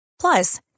Plus